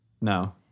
no